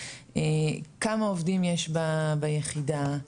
כמה עובדים יש ביחידה,